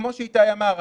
כמו שאיתי אמר,